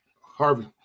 Harvey